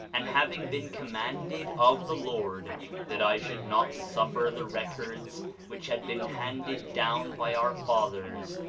and having been commanded of the lord that i should not suffer the records which had been handed down by our fathers,